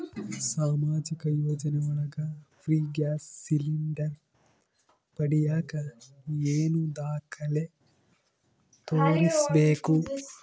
ಸಾಮಾಜಿಕ ಯೋಜನೆ ಒಳಗ ಫ್ರೇ ಗ್ಯಾಸ್ ಸಿಲಿಂಡರ್ ಪಡಿಯಾಕ ಏನು ದಾಖಲೆ ತೋರಿಸ್ಬೇಕು?